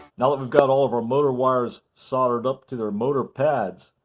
now that we've got all of our motor wires soldered up to their motor pads,